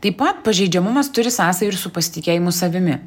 taip pat pažeidžiamumas turi sąsajų ir su pasitikėjimu savimi